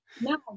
no